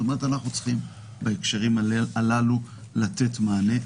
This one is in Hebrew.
זאת אומרת, אנחנו צריכים הקשרים הללו לתת מענה.